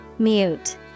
Mute